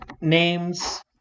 names